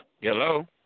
Hello